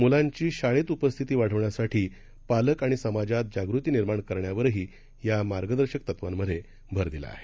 मुलांची शाळेत उपस्थिती वाढवण्यासाठी पालकं आणि समाजात जागृती निर्माण करण्यावरही या मार्गदर्शक तत्वामध्ये भर दिला आहे